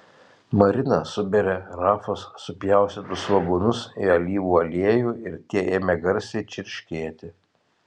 marina subėrė rafos supjaustytus svogūnus į alyvų aliejų ir tie ėmė garsiai čirškėti